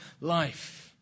life